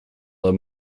are